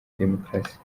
demokarasi